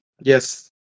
Yes